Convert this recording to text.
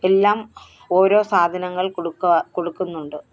എല്ലാം ഓരോ സാധനങ്ങൾ കൊടുക്കാൻ കൊടുക്കുന്നുണ്ട്